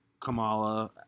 Kamala